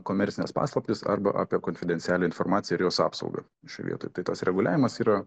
komercines paslaptis arba apie konfidencialią informaciją ir jos apsaugą šioj vietoj tai tas reguliavimas yra